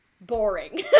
boring